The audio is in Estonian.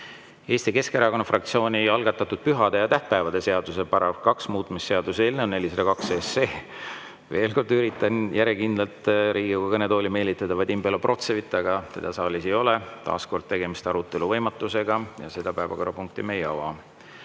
Eesti Keskerakonna fraktsiooni algatatud pühade ja tähtpäevade seaduse § 2 muutmise seaduse eelnõu, 402 SE. Veel kord üritan järjekindlalt Riigikogu kõnetooli meelitada Vadim Belobrovtsevit, aga teda saalis ei ole. Taas kord on tegemist arutelu võimatusega ja seda päevakorrapunkti me ei ava.